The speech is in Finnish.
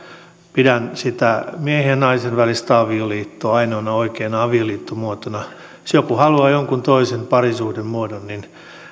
pidän sitä miehen ja naisen välistä avioliittoa ainoana oikeana avioliittomuotona jos joku haluaa jonkun toisen parisuhdemuodon niin